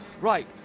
right